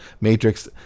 matrix